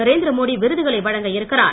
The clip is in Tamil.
நரேந்திர மோடி விருதுகளை வழங்க இருக்கிறார்